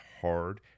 hard